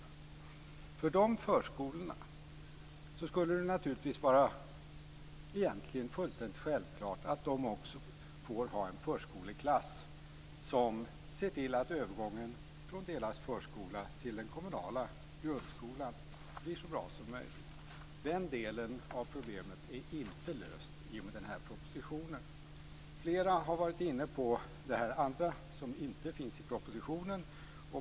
Också för de förskolorna skulle det vara naturligt att ha en förskoleklass som ser till att övergången från deras förskola till den kommunala grundskolan blir så bra som möjligt. Den delen av problemet är inte löst i och med den här propositionen. Flera talare har varit inne på den andra problemdelen, som inte behandlas i propositionen.